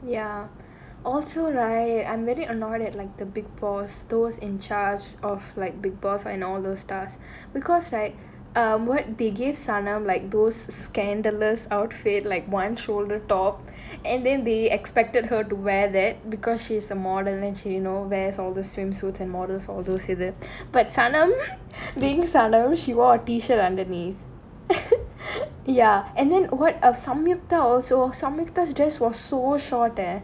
ya also right I'm very annoyed at like the bigg boss those in charge of like bigg boss and all those stars because like um what they give sanam like those scandalous outfit like one shoulder top and then they expected her to wear that because she is a modern legit you know where's all the swimsuit and models or those with it but sanam beings sanam she wore a t-shirt underneath ya and then what ah samyukta also some actors dress so short eh